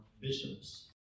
bishops